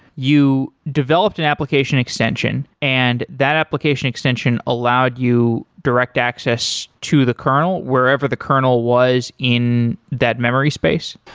you developed an application extension and that application extension allowed you direct access to the kernel wherever the kernel was in that memory space?